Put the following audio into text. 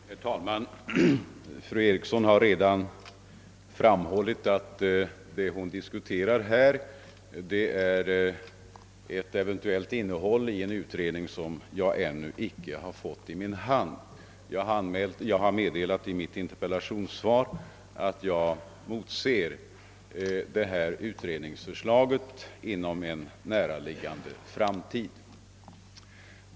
Herr talman! Fru Eriksson i Stockholm har redan framhållit att vad hon tar upp till diskussion är det eventuella innehållet i en utredning som jag ännu icke fått i min hand. Jag har i mitt interpellationssvar meddelat att jag motser detta utredningsförslag inom en näraliggande framtid.